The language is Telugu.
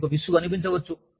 మీకు విసుగు అనిపించవచ్చు